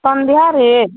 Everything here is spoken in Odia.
ସନ୍ଧ୍ୟାରେ